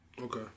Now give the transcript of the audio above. Okay